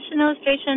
Illustration